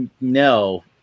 no